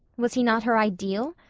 was he not her ideal?